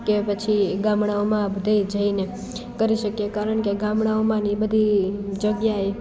કે પછી ગામળાઓમા બધેય જઈને કરી કારણ કે ગામળાઓમાંને એ બધી જગ્યાએ